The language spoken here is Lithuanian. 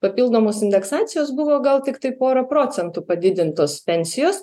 papildomos indeksacijos buvo gal tiktai porą procentų padidintos pensijos